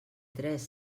tres